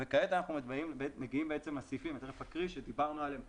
עכשיו אנחנו מגיעים לסעיפים אני תכף אקריא אותם עליהם דיברנו קודם,